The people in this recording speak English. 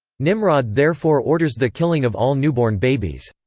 nimrod therefore orders the killing of all newborn babies.